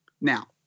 Now